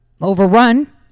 overrun